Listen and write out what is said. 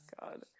God